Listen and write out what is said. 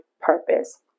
purpose